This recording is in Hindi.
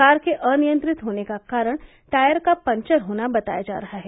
कार के अनियंत्रित होने का कारण टायर का पक्चर होना बताया जा रहा है